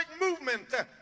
movement